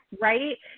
right